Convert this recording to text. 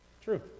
True